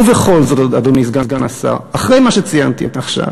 ובכל זאת, אדוני סגן השר, אחרי מה שציינתי עכשיו,